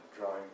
drawing